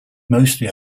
mostly